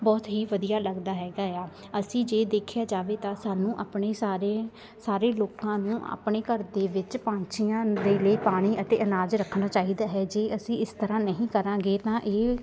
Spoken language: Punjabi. ਬਹੁਤ ਹੀ ਵਧੀਆ ਲੱਗਦਾ ਹੈਗਾ ਆ ਅਸੀਂ ਜੇ ਦੇਖਿਆ ਜਾਵੇ ਤਾਂ ਸਾਨੂੰ ਆਪਣੇ ਸਾਰੇ ਸਾਰੇ ਲੋਕਾਂ ਨੂੰ ਆਪਣੇ ਘਰ ਦੇ ਵਿੱਚ ਪੰਛੀਆਂ ਦੇ ਲਈ ਪਾਣੀ ਅਤੇ ਅਨਾਜ ਰੱਖਣਾ ਚਾਹੀਦਾ ਹੈ ਜੇ ਅਸੀਂ ਇਸ ਤਰ੍ਹਾਂ ਨਹੀਂ ਕਰਾਂਗੇ ਤਾਂ ਇਹ